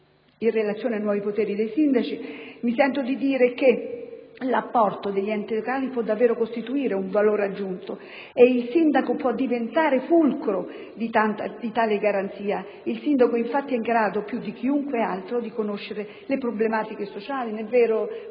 In relazione ai nuovi poteri dei sindaci, mi sento di dire che l'apporto degli enti locali può davvero costituire un valore aggiunto e il sindaco può diventare il fulcro di tale garanzia. Il sindaco è infatti in grado, più di chiunque altro, di conoscere le problematiche sociali della